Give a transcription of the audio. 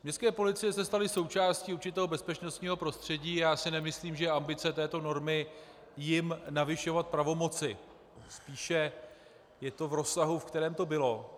Městské policie se staly součástí určitého bezpečnostního prostředí a já si nemyslím, že je ambice této normy jim navyšovat pravomoci, spíše je to v rozsahu, ve kterém to bylo.